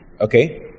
Okay